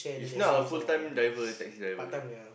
he's now a full time driver taxi driver